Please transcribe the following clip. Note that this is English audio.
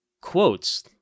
quotes